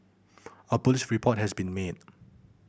a police report has also been made